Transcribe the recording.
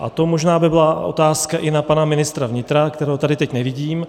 A to by možná byla otázka i na pana ministra vnitra, kterého tady teď nevidím.